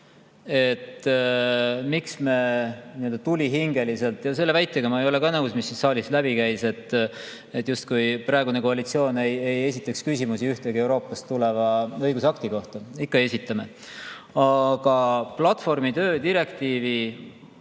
et miks me tulihingeliselt … Selle väitega ei ole ma ka nõus, mis siit saalist läbi käis, et justkui praegune koalitsioon ei esitaks küsimusi ühegi Euroopast tuleva õigusakti kohta. Ikka esitame. Aga platvormitöö direktiivi